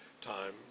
time